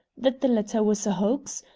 that the letter was a hoax,